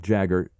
Jagger